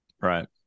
Right